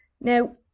Now